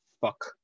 fuck